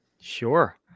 sure